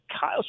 Kyle